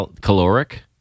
caloric